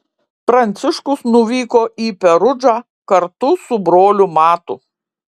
pranciškus nuvyko į perudžą kartu su broliu matu